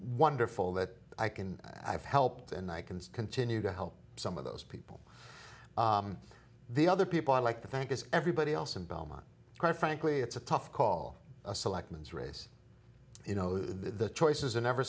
wonderful that i can i've helped and i can continue to help some of those people the other people i'd like to thank is everybody else in belmont quite frankly it's a tough call a selectman xrays you know the choices are never